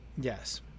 Yes